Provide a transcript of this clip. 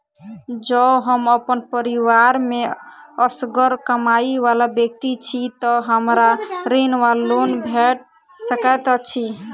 जँ हम अप्पन परिवार मे असगर कमाई वला व्यक्ति छी तऽ हमरा ऋण वा लोन भेट सकैत अछि?